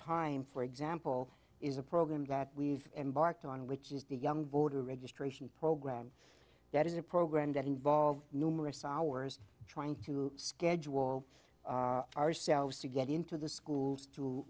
time for example is a program that we've embarked on which is the young voter registration program that is a program that involves numerous hours trying to schedule ourselves to get into the schools to